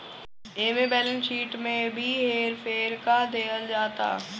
एमे balance sheet में भी हेर फेर क देहल जाता